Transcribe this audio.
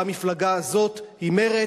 המפלגה הזאת היא מרצ.